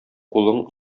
кулың